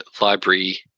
library